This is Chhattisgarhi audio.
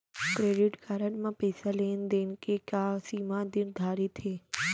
क्रेडिट कारड म पइसा लेन देन के का सीमा निर्धारित हे?